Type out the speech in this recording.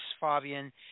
Fabian